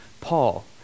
Paul